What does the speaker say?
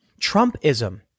Trumpism